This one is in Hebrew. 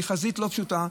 היא חזית לא פשוטה,